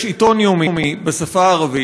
יש עיתון יומי בשפה הערבית,